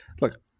Look